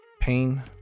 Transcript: pain